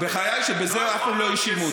בחיי שבזה אף פעם לא האשימו אותי.